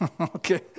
okay